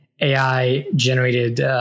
AI-generated